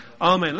Amen